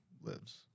lives